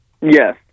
Yes